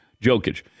Jokic